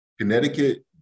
connecticut